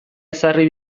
ezarri